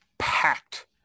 packed